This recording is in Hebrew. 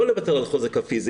לא לוותר על החוזק הפיזי.